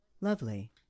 Lovely